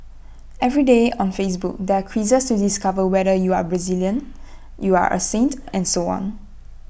every day on Facebook there are quizzes to discover whether you are Brazilian you are A saint and so on